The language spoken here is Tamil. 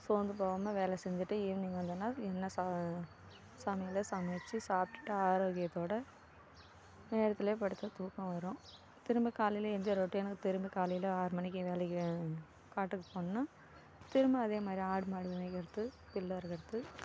சோர்ந்து போகாம வேலை செஞ்சுட்டு ஈவினிங் வந்தோடன என்ன சா சமையலை சமைத்து சாப்பிட்டுட்டு ஆரோக்கியத்தோடு நேரத்தில் படுத்தால தூக்கம் வரும் திரும்ப காலையில் ஏழுஞ்சி ரொட்டினாக திரும்ப காலையில் ஆறு மணிக்கு வேலைக்கு காட்டுக்கு போனால் திரும்ப அதே மாதிரி ஆடு மாடு மேய்க்கிறது பில்லு அறுக்கிறது